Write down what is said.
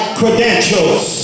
credentials